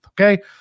Okay